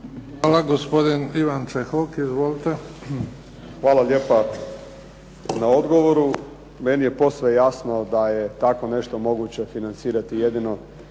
Hvala. Gospodin Ivan Čehok. Izvolite. **Čehok, Ivan (HSLS)** Hvala lijepa na odgovoru. Meni je posve jasno da je tako nešto moguće financirati jedino